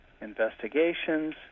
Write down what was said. investigations